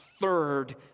third